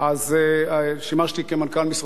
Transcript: שימשתי כמנכ"ל משרדו.